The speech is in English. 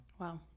Wow